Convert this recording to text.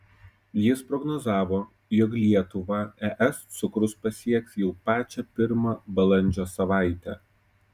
jis prognozavo jog lietuvą es cukrus pasieks jau pačią pirmą balandžio savaitę